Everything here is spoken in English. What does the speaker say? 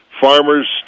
farmers